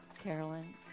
Carolyn